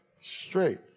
straight